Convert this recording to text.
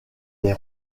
des